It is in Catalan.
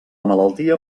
malaltia